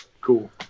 Cool